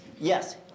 Yes